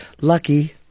Lucky